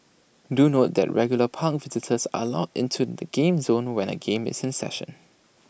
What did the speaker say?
do note that regular park visitors are into the game zone when A game is in session